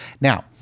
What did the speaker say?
Now